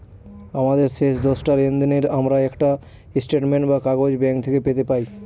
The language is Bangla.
আমাদের শেষ দশটা লেনদেনের আমরা একটা স্টেটমেন্ট বা কাগজ ব্যাঙ্ক থেকে পেতে পাই